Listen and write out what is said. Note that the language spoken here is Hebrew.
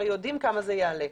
הרי יודעים כמה זה יעלה,